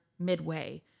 midway